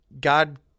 God